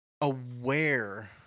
aware